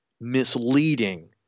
misleading